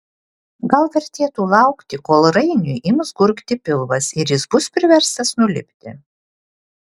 gal vertėtų laukti kol rainiui ims gurgti pilvas ir jis bus priverstas nulipti